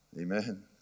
Amen